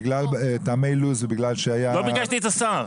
בגלל טעמי לו"ז ובגלל שהיה --- לא ביקשתי את השר.